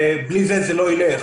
בלי זה זה לא ילך.